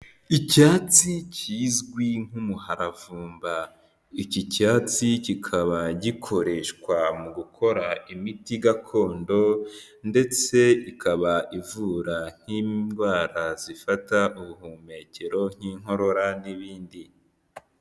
Icyatsi kizwi nk'umuharavumba; iki cyatsi kikaba gikoreshwa mu gukora imiti gakondo ndetse ikaba ivura nk'indwara zifata ubuhumekero nk'inkorora n'ibindi.